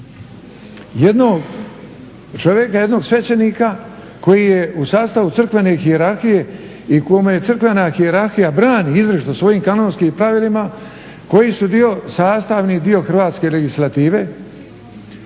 jednog čovjeka, jednog svećenika koji je u sastavu crkvene hijerarhije i kome je crkvena hijerarhija brani izričito svojim Kanonskim pravilima koji su dio, sastavni dio Hrvatske legislative,